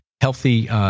healthy